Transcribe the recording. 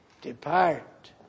Depart